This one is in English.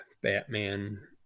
Batman